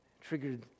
triggered